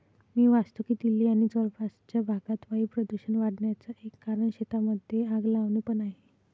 मी वाचतो की दिल्ली आणि जवळपासच्या भागात वायू प्रदूषण वाढन्याचा एक कारण शेतांमध्ये आग लावणे पण आहे